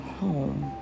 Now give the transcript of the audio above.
home